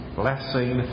blessing